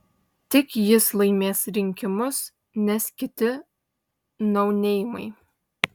tik jis laimės rinkimus nes kiti nauneimai